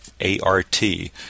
a-r-t